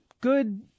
Good